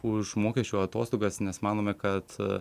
už mokesčių atostogas nes manome kad